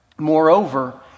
moreover